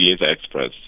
Express